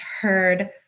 heard